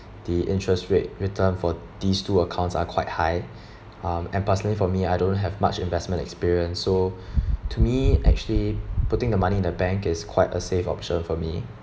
the interest rate return for these two accounts are quite high um and personally for me I don't have much investment experience so to me actually putting the money in the bank is quite a safe option for me